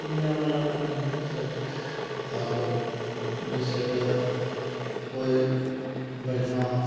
media वाला अपना दिखाता रहता है और जैसे कि कोई बढ़िया